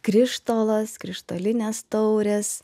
krištolas krištolinės taurės